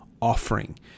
offering